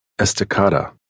Estacada